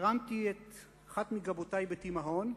הרמתי אחת מגבותי בתימהון.